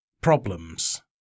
problems